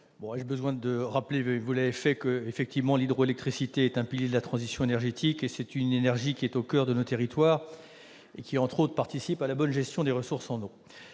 ai-je besoin de rappeler- vous l'avez fait -que l'hydroélectricité est un pilier de la transition énergétique ? Cette énergie est au coeur de nos territoires et, entre autres, participe à la bonne gestion des ressources en eau.